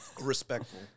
Respectful